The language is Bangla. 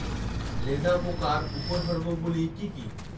লেদা পোকার উপসর্গগুলি কি কি?